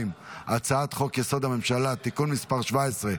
אני קובע כי הצעת חוק שירותי הובלה (תיקון מס' 3)